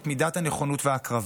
את מידת הנכונות וההקרבה.